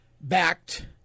backed